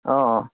অঁ অঁ